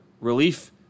relief